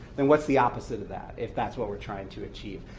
then what's the opposite of that, if that's what we're trying to achieve?